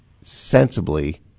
sensibly